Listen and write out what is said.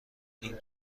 این